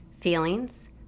Feelings